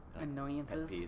Annoyances